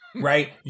right